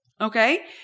Okay